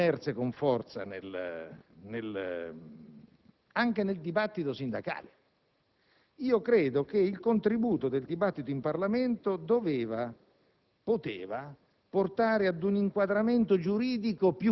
Ora, poiché queste cose sono emerse con forza anche nel dibattito sindacale, io credo che il contributo del dibattito in Parlamento doveva,